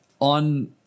on